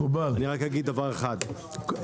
רק אגיד דבר אחד,